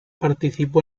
participó